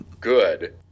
good